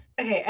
Okay